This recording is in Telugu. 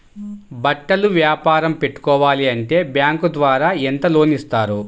బట్టలు వ్యాపారం పెట్టుకోవాలి అంటే బ్యాంకు ద్వారా ఎంత లోన్ ఇస్తారు?